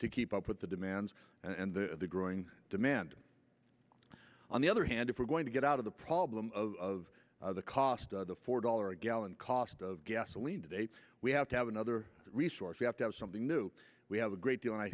to keep up with the demands and the growing demand on the other hand if we're going to get out of the problem of the cost for a dollar a gallon cost of gasoline today we have to have another resource you have to have something new we have a great deal and i